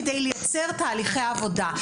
כדי לייצר תהליכי עבודה.